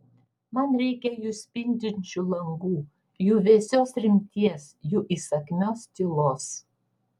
man reikia jų spindinčių langų jų vėsios rimties jų įsakmios tylos